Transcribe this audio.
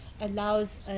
allows